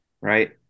right